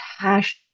passion